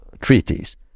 treaties